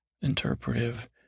interpretive